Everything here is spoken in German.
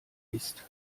ist